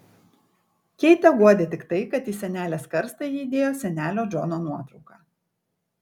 keitę guodė tik tai kad į senelės karstą ji įdėjo senelio džono nuotrauką